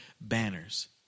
banners